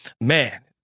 Man